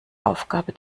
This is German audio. aufgabe